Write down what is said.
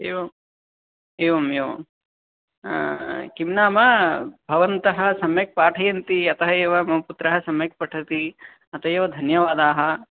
एवम् एवमेवं किं नाम भवन्तः सम्यक् पाठयन्ति अतः एव मम पुत्रः सम्यक् पठति अत एव धन्यवादाः